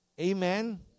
Amen